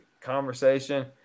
conversation